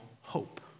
hope